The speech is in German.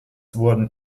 wurden